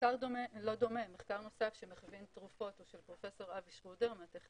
מחקר נוסף שמכווין תרופות הוא של פרופ' אבי שרודר מהטכניון,